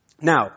Now